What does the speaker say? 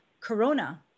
corona